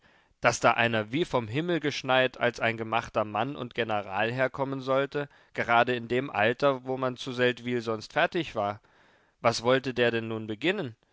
daß da einer wie vom himmel geschneit als ein gemachter mann und general herkommen sollte gerade in dem alter wo man zu seldwyl sonst fertig war was wollte der denn nun beginnen